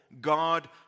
God